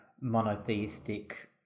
monotheistic